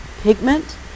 pigment